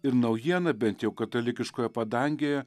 ir naujiena bent jau katalikiškoje padangėje